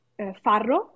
farro